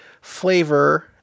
flavor